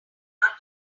art